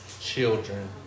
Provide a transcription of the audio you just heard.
Children